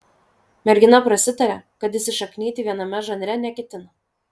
mergina prasitarė kad įsišaknyti viename žanre neketina